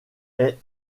est